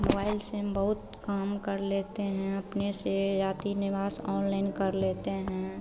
mobile से हम बहुत काम कर लेते हैं अपने से जाति निवास ऑनलाइन कर लेते हैं